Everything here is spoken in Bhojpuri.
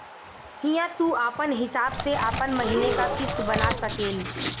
हिंया तू आपन हिसाब से आपन महीने का किस्त बना सकेल